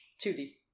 2D